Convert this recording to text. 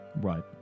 Right